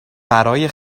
برای